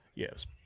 Yes